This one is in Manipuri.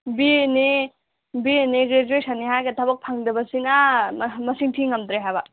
ꯕꯤ ꯑꯦꯅꯦ ꯕꯤ ꯑꯦꯅꯦ ꯒ꯭ꯔꯦꯖ꯭ꯌꯨꯑꯦꯁꯟꯅꯦ ꯍꯥꯏꯔꯒ ꯊꯕꯛ ꯐꯪꯗꯕꯁꯤꯅ ꯃꯁꯤꯡ ꯊꯤ ꯉꯝꯗ꯭ꯔꯦ ꯍꯥꯏꯕ